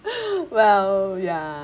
well ya